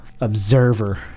observer